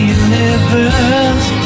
universe